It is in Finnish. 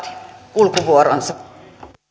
kulkuvuoronsa